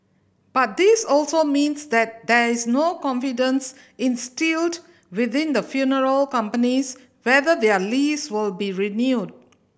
but this also means that there is no confidence instilled within the funeral companies whether their lease will be renewed